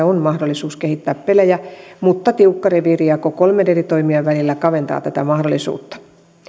on mahdollisuus kehittää pelejä mutta tiukka reviirijako kolmen eri toimijan välillä kaventaa tätä mahdollisuutta